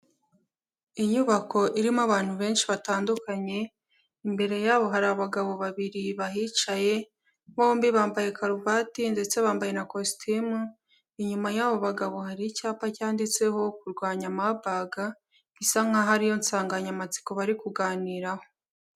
Inyubako irimo abantu benshi batandukanye, imbere yabo hari abagabo babiri bahicaye, bombi bambaye karuvati ndetse bambaye na kositimu, inyuma y'abo bagabo, hari icyapa cyanditseho kurwanya Marburg isa nk'aho ari yo nsanganyamatsiko bari kuganiraho.